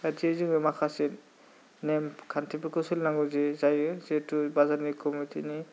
बादियै जोङो माखासे नेमखान्थिफोरखौ सोलिनांगौ जायो जितु बाजारनि कमिटिनि